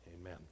amen